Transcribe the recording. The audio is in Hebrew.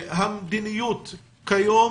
המדיניות כיום